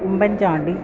Oommen Chandy